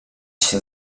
się